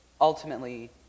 ultimately